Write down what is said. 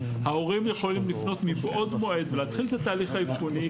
ההורים יכולים לפנות מבעוד מועד ולהתחיל את התהליך האבחוני,